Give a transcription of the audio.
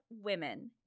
women